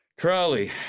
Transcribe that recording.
Crowley